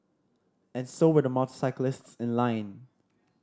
and so were the motorcyclists in line